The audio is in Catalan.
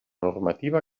normativa